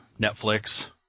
Netflix